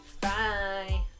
Bye